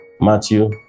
Matthew